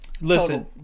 Listen